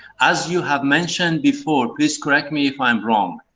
as you have mentioned before, please correct me if i'm wrong.